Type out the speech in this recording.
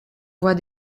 voie